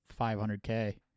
500K